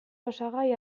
osagai